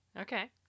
Okay